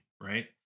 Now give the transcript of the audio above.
right